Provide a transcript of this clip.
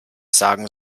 sagen